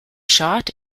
shot